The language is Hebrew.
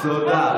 טוב, תודה.